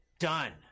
Done